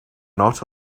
not